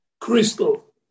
Crystal